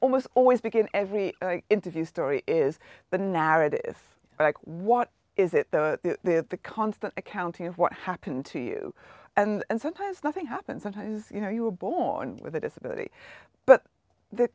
almost always begin every interview story is the narrative is what is it the the constant accounting of what happened to you and sometimes nothing happens sometimes you know you were born with a disability but the